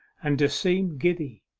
and d' seem giddy,